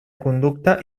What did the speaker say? conducta